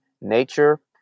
nature